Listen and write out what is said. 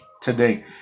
today